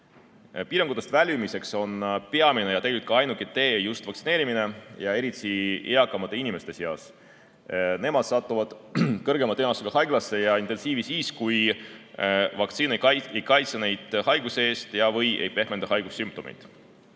Piirangutest väljumiseks on peamine ja tegelikult ka ainuke tee just vaktsineerimine, seda eriti eakamate inimeste seas. Nemad satuvad suurema tõenäosusega haiglasse ja intensiivi, kui vaktsiin ei kaitse neid haiguse eest ja/või ei pehmenda haigussümptomeid.